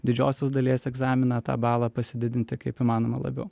didžiosios dalies egzaminą tą balą pasididinti kaip įmanoma labiau